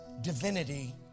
divinity